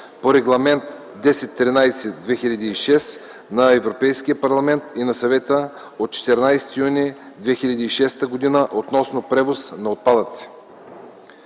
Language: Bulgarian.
по Регламент 1013/2006 на Европейския парламент и на Съвета от 14 юни 2006 г. относно превоз на отпадъци.